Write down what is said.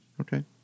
Okay